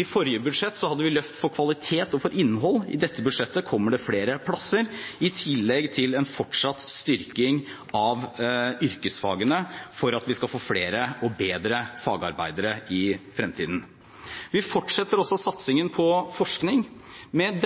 I forrige budsjett hadde vi løft for kvalitet og innhold. I dette budsjettet kommer det flere plasser, i tillegg til en fortsatt styrking av yrkesfagene for at vi skal få flere og bedre fagarbeidere i fremtiden. Vi fortsetter også satsingen på forskning. Med